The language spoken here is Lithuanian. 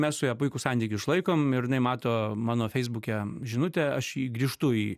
mes su ja puikų santykį išlaikom ir jinai mato mano feisbuke žinutę aš grįžtu į